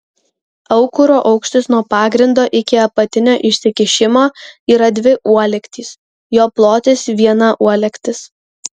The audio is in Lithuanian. aukuro aukštis nuo pagrindo iki apatinio išsikišimo yra dvi uolektys jo plotis viena uolektis